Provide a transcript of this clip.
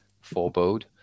forebode